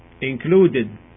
included